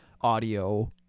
audio